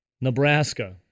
Nebraska